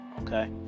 okay